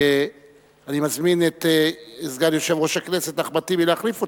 ואני מזמין את סגן יושב-ראש הכנסת אחמד טיבי להחליף אותי.